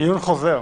עיון חוזר.